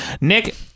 Nick